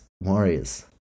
Warriors